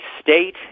state